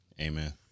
Amen